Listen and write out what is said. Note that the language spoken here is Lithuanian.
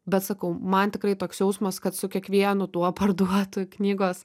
bet sakau man tikrai toks jausmas kad su kiekvienu tuo parduotu knygos